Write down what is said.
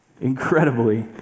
incredibly